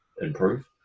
improve